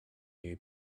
new